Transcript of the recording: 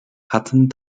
hatten